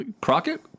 Crockett